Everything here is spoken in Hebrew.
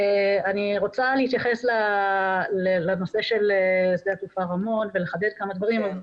אני רוצה להתייחס לנושא של שדה התעופה רמון ולחדד כמה דברים.